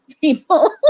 people